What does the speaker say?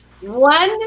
One